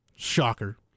shocker